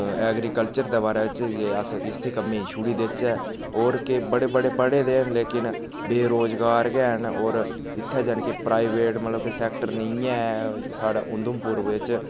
agriculture दे बारै च अस इसी कम्मै गी छुड़ी देचै होर केह् बड़े बड़े पढ़े दे न लेकिन बेरोज़गार गै न होर इत्थैं जानि के प्राइवेट मतलब के सैक्टर नेईं ऐ साढ़ै उधमपुर बिच्च